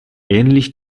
ähnlich